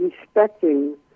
respecting